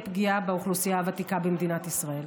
פגיעה באוכלוסייה הוותיקה במדינת ישראל.